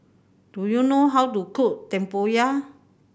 do you know how to cook tempoyak